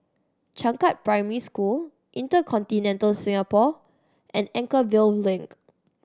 Changkat Primary School InterContinental Singapore and Anchorvale Link